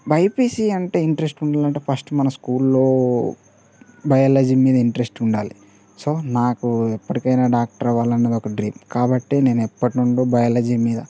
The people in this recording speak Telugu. బైపీసీ అంటే ఇంట్రెస్ట్ ఉండాలంటే ఫస్ట్ మన స్కూల్లో బయాలజీ మీద ఇంట్రెస్ట్ ఉండాలి సో నాకు ఎప్పటికైనా డాక్టర్ అవ్వాలని ఒక డ్రీమ్ కాబట్టే నేను ఎప్పటినుండి బయాలజీ మీద